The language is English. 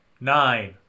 Nine